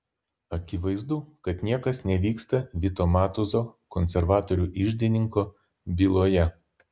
akivaizdu kad niekas nevyksta vito matuzo konservatorių iždininko byloje